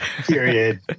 period